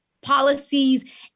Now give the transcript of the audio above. policies